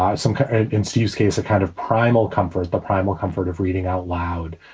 um some in steve's case, a kind of primal comfort, but primal comfort of reading out loud.